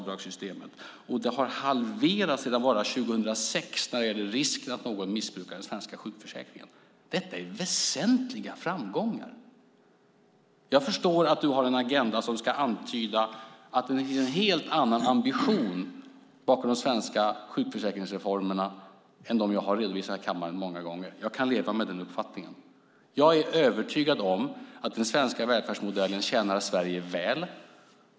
Misstänksamheten har halverats bara sedan 2006 när det gäller risken för att någon missbrukar den svenska sjukförsäkringen. Detta är väsentliga framgångar. Jag förstår att du har en agenda som ska antyda att det finns en helt annan ambition bakom de svenska sjukförsäkringsreformerna än de jag har redovisat här i kammaren många gånger. Jag kan leva med den uppfattningen. Jag är övertygad om att den svenska välfärdsmodellen tjänar Sverige väl.